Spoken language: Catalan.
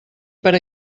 per